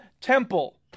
temple